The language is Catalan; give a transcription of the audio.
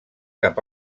cap